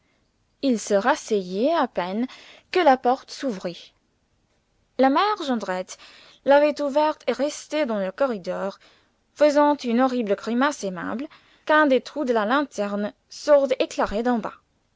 il se rasseyait à peine que la porte s'ouvrit la mère jondrette l'avait ouverte et restait dans le corridor faisant une horrible grimace aimable qu'un des trous de la lanterne sourde éclairait d'en bas